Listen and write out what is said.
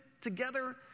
together